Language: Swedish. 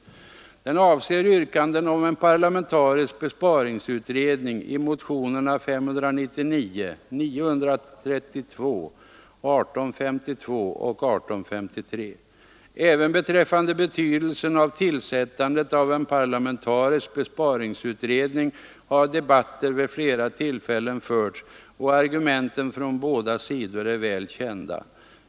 Den avser yrkanden om en parlamentarisk besparingsutredning i motionerna 599, 932, 1852 och 1853. Även beträffande betydelsen av tillsättandet av en parlamentarisk besparingsutredning har debatter vid flera tillfällen förts, och argumenten från båda sidor är väl kända.